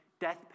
death